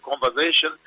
conversation